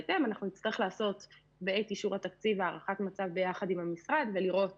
בעת אישור התקציב אנחנו נצטרך לעשות הערכת מצב ביחד עם המשרד ולראות